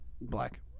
black